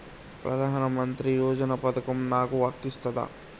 ప్రధానమంత్రి యోజన పథకం నాకు వర్తిస్తదా?